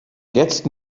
jetzt